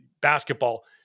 basketball